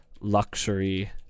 Luxury